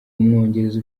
umwongereza